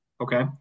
okay